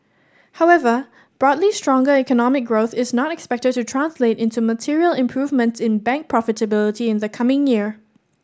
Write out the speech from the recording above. however broadly stronger economic growth is not expected to translate into material improvements in bank profitability in the coming year